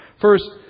First